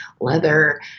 leather